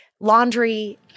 Laundry